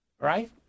right